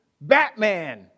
Batman